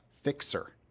Fixer